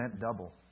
double